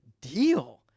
deal